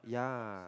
ya